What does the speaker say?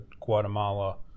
Guatemala